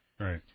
Right